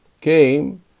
came